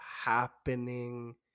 happening